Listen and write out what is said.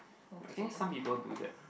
I think some people do that